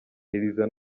elisa